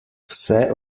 vse